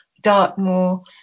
Dartmoor